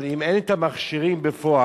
אבל אם אין המכשירים בפועל,